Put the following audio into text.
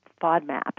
FODMAPs